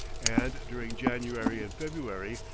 and during january and february,